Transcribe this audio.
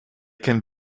can